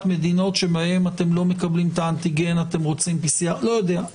מדינות שמהן אתם לא מקבלים את האנטיגן ואתם רוצים PCR. לא יודע,